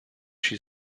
she